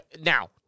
now